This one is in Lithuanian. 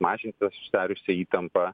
mažinti susidariusią įtampą